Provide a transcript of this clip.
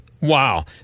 Wow